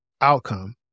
outcome